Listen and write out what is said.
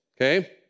okay